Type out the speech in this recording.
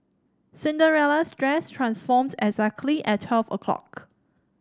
Cinderella's dress transformed exactly at twelve o'clock